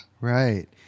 Right